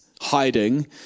hiding